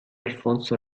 alfonso